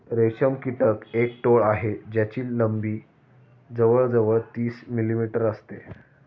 रेशम कीटक एक टोळ आहे ज्याची लंबी जवळ जवळ तीस मिलीमीटर असते